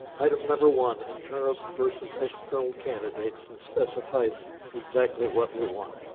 item number one internal versus external candidates and specify exactly what we want.